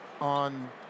on